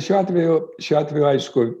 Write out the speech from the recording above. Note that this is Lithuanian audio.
šiuo atveju šiuo atveju aišku